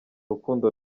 rukundo